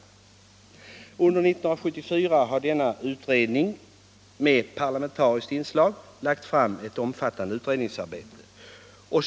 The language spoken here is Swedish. Under 1974 har denna utredning med parlamentariskt inslag lagt fram ett omfattande utredningsmaterial.